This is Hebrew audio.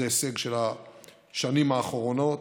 זה הישג של השנים האחרונות,